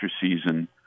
season